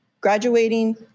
graduating